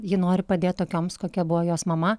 ji nori padėt tokioms kokia buvo jos mama